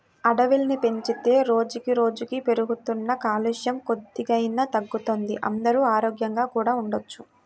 అడవుల్ని పెంచితే రోజుకి రోజుకీ పెరుగుతున్న కాలుష్యం కొద్దిగైనా తగ్గుతది, అందరూ ఆరోగ్యంగా కూడా ఉండొచ్చు